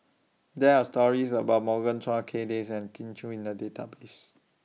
There Are stories about Morgan Chua Kay Das and Kin Chui in The Database